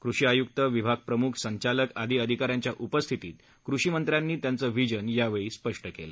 कृषी आय्क्त विभागप्रम्ख संचालक आदी अधिकाऱ्यांच्या उपस्थितीत कृषीमंत्र्यांनी त्यांचं व्हिजन यावेळी स्पष्ट केलं